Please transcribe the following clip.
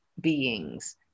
beings